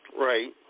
Right